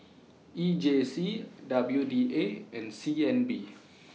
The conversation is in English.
E J C W D A and C N B